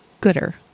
gooder